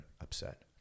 upset